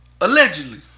Allegedly